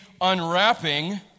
unwrapping